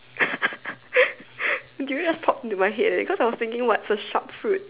durian just popped into my head eh cause I was thinking what's a sharp fruit